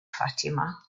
fatima